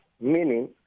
meaning